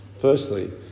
Firstly